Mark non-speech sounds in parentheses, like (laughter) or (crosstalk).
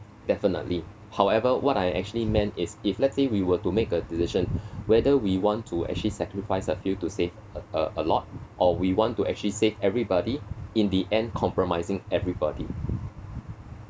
definitely however what I actually meant is if let's say we were to make a decision (breath) whether we want to actually sacrifice a few to save a a lot or we want to actually save everybody in the end compromising everybody